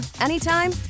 anytime